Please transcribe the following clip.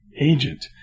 agent